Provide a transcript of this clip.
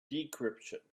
decryption